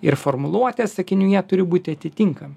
ir formuluotės sakinių jie turi būti atitinkami